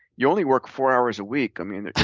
you only work four hours a week. i mean,